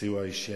וסיוע אישי.